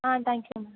ah thank you ma'am